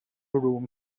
room